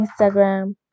Instagram